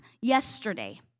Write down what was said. yesterday